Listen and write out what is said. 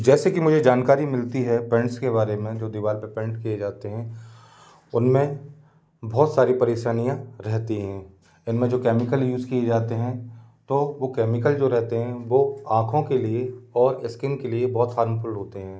जैसे कि मुझे जानकारी मिलती है पैंटस के बारे में जो दीवार पर पैंट किए जाते हैं उन में बहुत सारी परेशानियाँ रहती हैं इन में जो कैमिकल यूज़ किए जाते हैं तो वो कैमिकल जो रेहते हैं वो आखों के लिए और इस्किन के लिए बहुत हार्मफूल होते हैं